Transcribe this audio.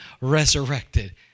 resurrected